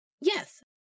yes